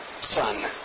son